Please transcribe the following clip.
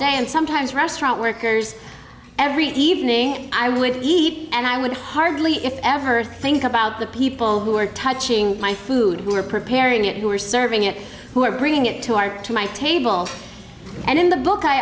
day and sometimes restaurant workers every evening i would eat and i would hardly if ever think about the people who are touching my food who are preparing it who are serving it who are bringing it to our to my table and in the book i